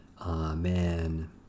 Amen